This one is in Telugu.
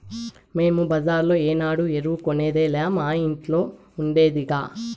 మేము బజార్లో ఏనాడు ఎరువు కొనేదేలా మా ఇంట్ల ఉండాదిగా